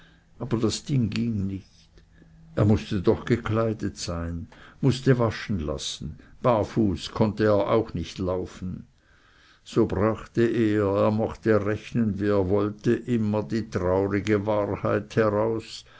aber das ding ging nicht er mußte doch gekleidet sein mußte waschen lassen barfuß konnte er auch nicht laufen so brachte er er mochte rechnen wie er wollte immer die traurige wahrheit heraus